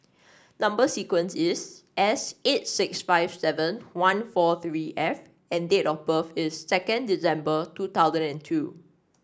number sequence is S eight six five seven one four three F and date of birth is second December two thousand and two